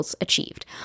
achieved